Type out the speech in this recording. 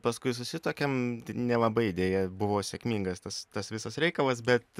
paskui susituokėm nelabai deja buvo sėkmingas tas tas visas reikalas bet